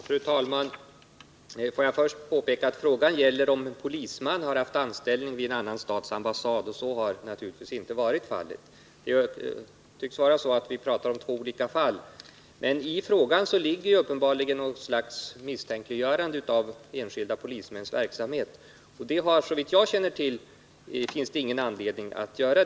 Fru talman! Frågan gäller om polisman har haft anställning vid annan stats ambassad, Så har naturligtvis inte varit fallet. Vi tycks prata om två olika händelser, men i frågan ligger uppenbarligen något slags misstänkliggörande av enskilda polismäns verksamhet, och såvitt jag känner till finns det inte något fog härför.